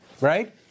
right